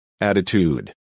Attitude